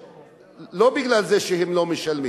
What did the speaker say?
לא בגלל זה שהם לא משלמים.